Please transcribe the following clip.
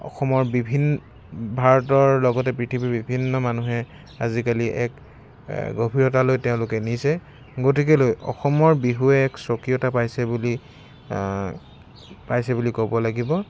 অসমৰ বিভিন ভাৰতৰ লগতে পৃথিৱীৰ বিভিন্ন মানুহে আজিকালি এক গভীৰতালৈ তেওঁলোকে নিছে গতিকেলৈ অসমৰ বিহুৱে এক স্বকীয়তা পাইছে বুলি পাইছে বুলি ক'ব লাগিব